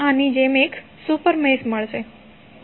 તમને આની જેમ એક સુપર મેશ મળશે